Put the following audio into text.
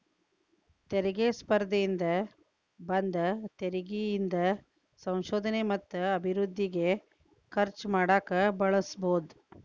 ತೆರಿಗೆ ಸ್ಪರ್ಧೆಯಿಂದ ಬಂದ ತೆರಿಗಿ ಇಂದ ಸಂಶೋಧನೆ ಮತ್ತ ಅಭಿವೃದ್ಧಿಗೆ ಖರ್ಚು ಮಾಡಕ ಬಳಸಬೋದ್